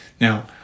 Now